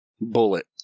bullet